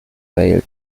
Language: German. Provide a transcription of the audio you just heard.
wales